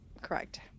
correct